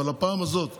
אבל הפעם הזאת,